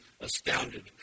astounded